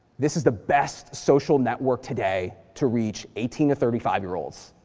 this is the best social network today to reach eighteen to thirty five year olds,